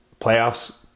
playoffs